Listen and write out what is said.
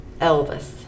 Elvis